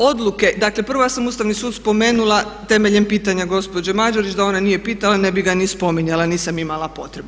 Odluke, dakle prvo ja sam Ustavni sud spomenula temeljem pitanja gospođe Mađerić da ona nije pitanja ne bi ga ni spominjala, nisam imala potrebu.